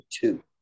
two